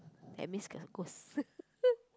that means there are ghost